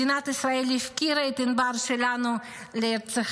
מדינת ישראל הפקירה את ענבר שלנו להירצח,